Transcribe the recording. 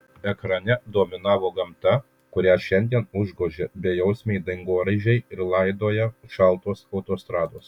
ekrane dominavo gamta kurią šiandien užgožia bejausmiai dangoraižiai ir laidoja šaltos autostrados